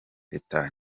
teta